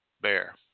bear